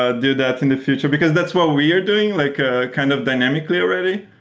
ah do that in the future, because that's what we are doing like ah kind of dynamically already.